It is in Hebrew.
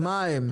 מה הם?